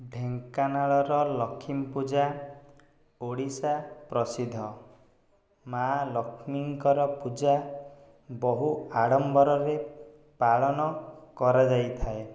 ଢେଙ୍କାନାଳର ଲକ୍ଷ୍ମୀପୂଜା ଓଡ଼ିଶା ପ୍ରସିଦ୍ଧ ମା' ଲକ୍ଷ୍ମୀଙ୍କର ପୂଜା ବହୁ ଆଡ଼ମ୍ବରରେ ପାଳନ କରାଯାଇଥାଏ